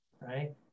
right